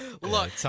look